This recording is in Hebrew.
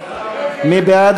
מי בעד